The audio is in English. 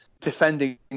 defending